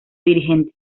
dirigente